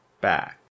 back